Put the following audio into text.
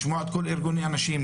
לשמוע את כל ארגוני הנשים,